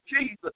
Jesus